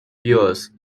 pious